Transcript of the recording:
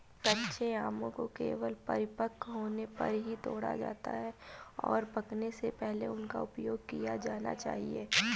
कच्चे आमों को केवल परिपक्व होने पर ही तोड़ा जाता है, और पकने से पहले उनका उपयोग किया जाना चाहिए